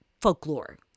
folklore